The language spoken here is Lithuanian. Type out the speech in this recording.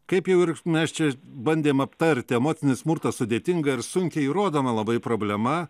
kaip jau ir mes čia bandėme aptarti emocinį smurtą sudėtinga ir sunkiai įrodoma labai problema